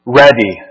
ready